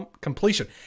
completion